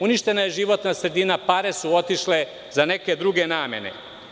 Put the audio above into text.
Uništena je životna sredina, pare su otišle za neke druge namene.